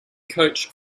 coach